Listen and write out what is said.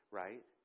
right